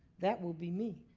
that will be me.